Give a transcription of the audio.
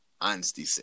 honesty